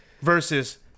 Versus